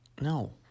No